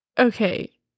Okay